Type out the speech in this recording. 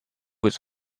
was